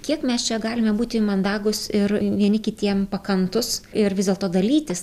kiek mes čia galime būti mandagūs ir vieni kitiem pakantūs ir vis dėlto dalytis